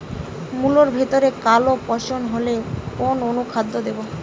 মুলোর ভেতরে কালো পচন হলে কোন অনুখাদ্য দেবো?